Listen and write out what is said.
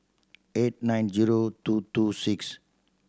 eight nine zero two two six